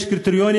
יש קריטריונים,